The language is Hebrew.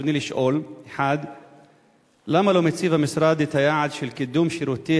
ברצוני לשאול: 1. למה לא מציב המשרד את היעד של קידום שירותי